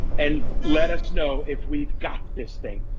and let us know if we got this thing.